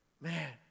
man